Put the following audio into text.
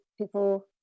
people